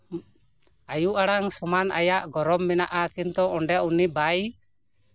ᱟᱭᱩ ᱟᱲᱟᱝ ᱥᱚᱢᱟᱱ ᱟᱭᱟᱜ ᱜᱚᱨᱚᱵ ᱢᱮᱱᱟᱜᱼᱟ ᱠᱤᱱᱛᱩ ᱚᱸᱰᱮ ᱩᱱᱤ ᱵᱟᱭ